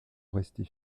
rester